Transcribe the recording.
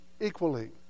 equally